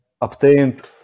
obtained